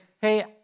hey